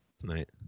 tonight